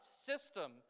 system